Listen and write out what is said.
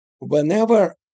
whenever